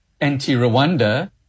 anti-Rwanda